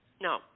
No